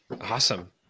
Awesome